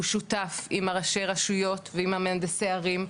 הוא שותף עם ראשי רשויות ועם מהנדסי הערים,